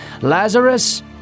Lazarus